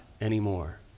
anymore